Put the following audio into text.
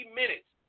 minutes